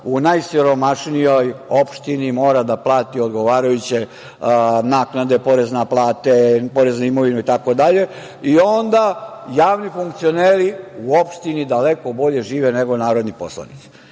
u najsiromašnijoj opštini mora da plati odgovarajuće naknade, porez na plate, porez na imovinu itd. Onda javni funkcioneri u opštini daleko bolje žive nego narodni poslanici. Moje